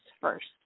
first